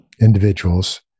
individuals